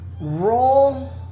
roll